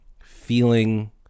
feeling